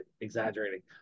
exaggerating